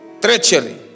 Treachery